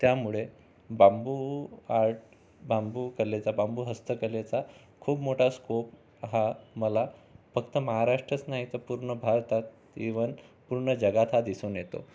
त्यामुळे bamboo art bamboo कलेचा bamboo हस्तकलेचा खूप मोठा स्कोप हा मला फक्त महाराष्ट्रच नाही तर पूर्ण भारतात ईवन पूर्ण जगात हा दिसून येतो